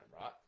right